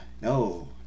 no